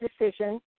decision